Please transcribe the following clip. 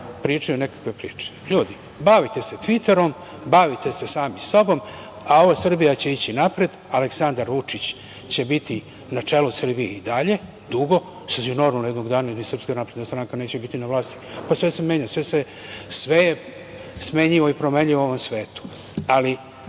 pričaju nekakve priče. Ljudi, bavite se tviterom, bavite se sami sobom, a ova Srbija će ići napred, Aleksandar Vučić će biti na čelu Srbije i dalje, dugo, sasvim normalno, jer jednog dana SNS neće biti na vlasti, sve se menja i sve je smenjivo i promenljivo na ovom svetu.